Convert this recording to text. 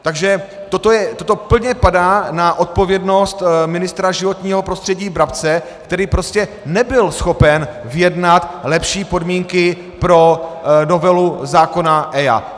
Takže toto plně padá na odpovědnost ministra životního prostředí Brabce, který nebyl schopen vyjednat lepší podmínky pro novelu zákona EIA.